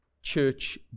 church